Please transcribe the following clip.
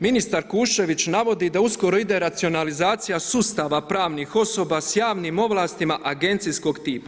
Ministar Kuščević navodi da uskoro ide racionalizacija sustava pravnih osoba sa javnim ovlastima agencijskog tipa.